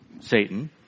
Satan